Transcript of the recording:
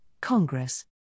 Congress